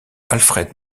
alfred